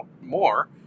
more